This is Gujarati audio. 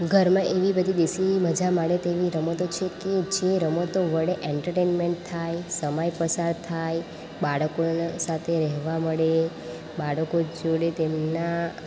ઘરમાં એવી બધી બેસી મજા માણે તેવી રમતો છે કે જે રમતો વડે એન્ટરટેનમેન્ટ થાય સમય પસાર થાય બાળકોના સાથે રહેવા મળે બાળકો જોડે તેમના